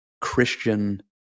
christian